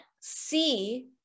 see